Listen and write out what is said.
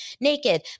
naked